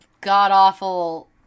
god-awful